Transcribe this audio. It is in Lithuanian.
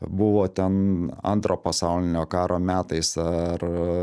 buvo ten antro pasaulinio karo metais ar